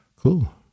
Cool